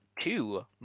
two